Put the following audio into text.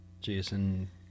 Jason